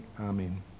Amen